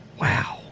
Wow